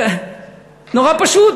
נורא פשוט,